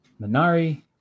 Minari